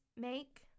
make